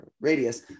radius